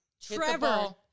Trevor